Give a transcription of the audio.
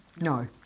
No